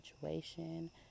situation